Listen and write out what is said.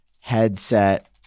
headset